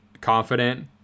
confident